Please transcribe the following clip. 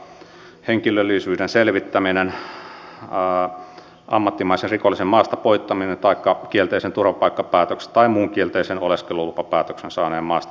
tällaisia ovat muun muassa henkilöllisyyden selvittäminen ammattimaisen rikollisen maasta poistaminen taikka kielteisen turvapaikkapäätöksen tai muun kielteisen oleskelulupapäätöksen saaneen maasta poistaminen